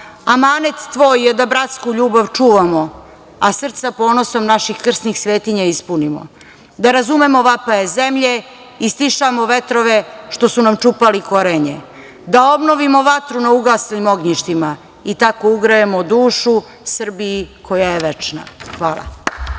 amanet tvoj je da bratsku ljubav čuvamo, a srca ponosom naših krsnih svetinja ispunimo, da razumemo vapaje zemlje i stišamo vetrove što su nam čupali korenje, da obnovimo vatru na ugašenim ognjištima i tako ugrejemo dušu Srbiji koja je večna.“Hvala.